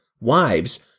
wives